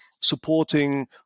supporting